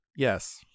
Yes